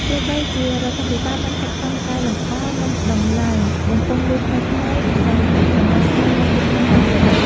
ទោះបីជារដ្ឋាភិបាលបានខិតខំកែលម្អ និងដំឡើងបំពង់លូថ្មីៗនៅតាមតំបន់ស្នូលនៃទីក្រុងក៏ដោយ។